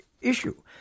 issue